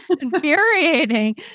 infuriating